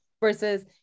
versus